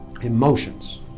Emotions